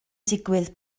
digwydd